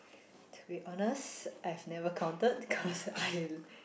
to be honest I've never counted cause I